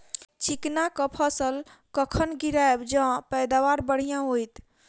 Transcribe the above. चिकना कऽ फसल कखन गिरैब जँ पैदावार बढ़िया होइत?